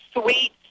sweet